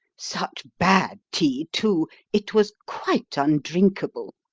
such bad tea, too. it was quite undrinkable.